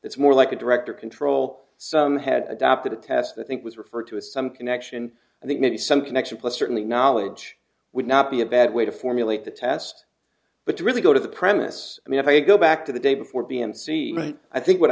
that's more like a director control some had adopted a task i think was referred to as some connection i think maybe some connection plus certainly knowledge would not be a bad way to formulate the test but to really go to the premise i mean if you go back to the day before b and c right i think what